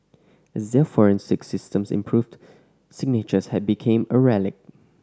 as their forensic systems improved signatures had became a relic